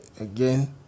Again